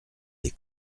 des